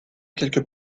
quelques